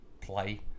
play